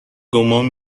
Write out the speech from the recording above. گمان